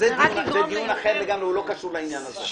זה דיון אחר לגמרי לא קשור לעניין הזה.